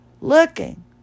looking